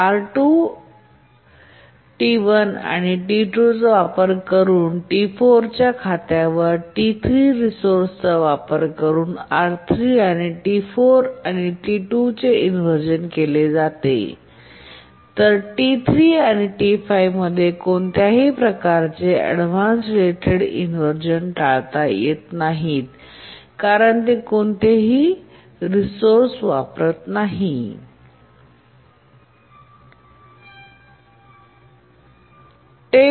R2 T1 आणि T2 चा वापर करुन T4 च्या खात्यावर T3 च्या रिसोअर्साचा वापर करुन R3 T4 आणि T2 इनव्हर्जन केले जाते तर T3 आणि T5 मध्ये कोणत्याही प्रकारचे अव्हॉईडन्स रिलेटेड इन्व्हरझन टाळता येत नाही कारण ते कोणतेही स्रोत वापरत नाहीत